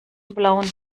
blauen